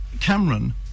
Cameron